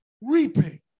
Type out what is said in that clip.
Reaping